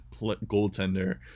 goaltender